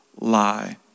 lie